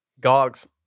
Gogs